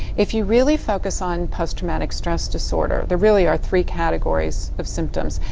if you really focus on posttraumatic stress disorder, there really are three categories of symptoms.